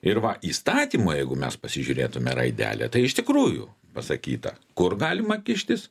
ir va įstatymo jeigu mes pasižiūrėtume raidelę tai iš tikrųjų pasakyta kur galima kištis